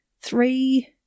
three